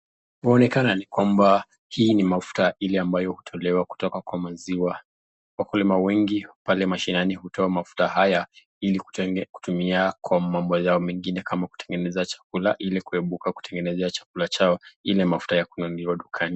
Mwonekano ni kwamba hii ni mafuta ile ambayo hutolewa kutoka kwa maziwa, wakulima wengi pale mashinani hutoa mafuta haya ili kutenga kutumia kwa mambo yao mengine kama kutengeneza chakula ili kuibuka kutengeneza chakula chao ile mafuta ya kununuliwa dukani.